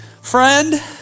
Friend